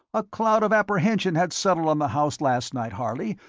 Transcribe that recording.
a cloud of apprehension had settled on the house last night, harley,